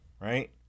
right